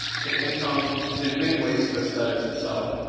to income, and in many ways to aesthetics itself.